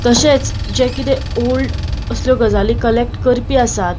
तशेंच जे किदें ओल्ड असल्यो गजाली कलेक्ट करपी आसात